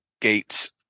gates